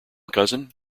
cousin